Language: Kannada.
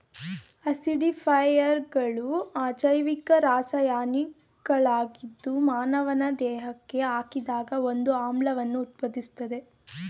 ಆಸಿಡಿಫೈಯರ್ಗಳು ಅಜೈವಿಕ ರಾಸಾಯನಿಕಗಳಾಗಿದ್ದು ಮಾನವನ ದೇಹಕ್ಕೆ ಹಾಕಿದಾಗ ಒಂದು ಆಮ್ಲವನ್ನು ಉತ್ಪಾದಿಸ್ತದೆ